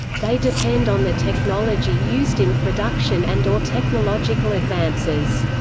they depend on the technology used in production and or technological advances.